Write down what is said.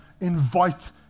invite